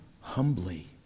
humbly